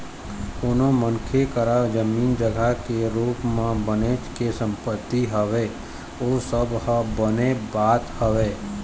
कोनो मनखे करा जमीन जघा के रुप म बनेच के संपत्ति हवय ओ सब ह बने बात हवय